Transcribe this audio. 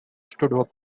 stood